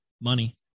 money